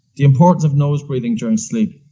the importance of nose breathing during sleep.